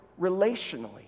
relationally